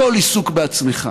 הכול עיסוק בעצמך,